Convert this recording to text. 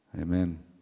Amen